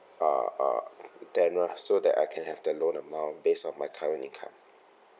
uh uh tenure lah so that I can have the loan amount based on my current income